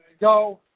go